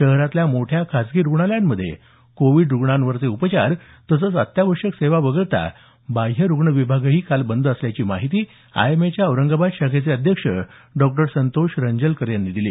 शहरातल्या मोठ्या खासगी रुग्णालयांमध्ये कोविड रुग्णांवरचे उपचार तसंच अत्यावश्यक सेवा वगळता बाह्य रुग्ण विभागही काल बंद असल्याची माहिती आयएमएच्या औरंगाबाद शाखेचे अध्यक्ष डॉ संतोष रंजलकर यांनी दिली